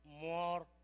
more